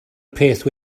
peth